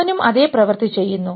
അവനും അതേ പ്രവൃത്തി ചെയ്യുന്നു